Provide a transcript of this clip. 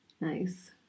Nice